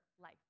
life